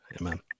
Amen